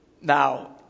Now